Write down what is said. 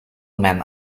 mijn